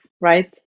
Right